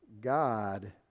God